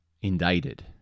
indicted